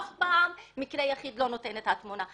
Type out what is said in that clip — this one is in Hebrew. אף פעם מקרה יחיד לא נותן את התמונה.